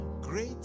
Great